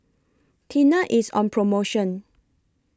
Tena IS on promotion